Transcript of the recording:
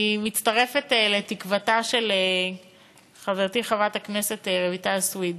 אני מצטרפת לתקוותה של חברתי חברת הכנסת רויטל סויד